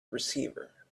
receiver